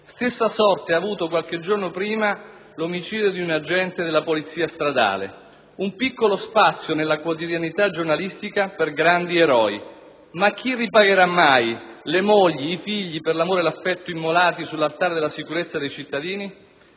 Stessa sorte ha avuto qualche giorno prima l'omicidio di un agente della Polizia stradale. Un piccolo spazio nella quotidianità giornalistica per grandi eroi, ma chi ripagherà mai le mogli ed i figli per l'amore e l'affetto immolati sull'altare della sicurezza dei cittadini?